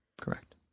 Correct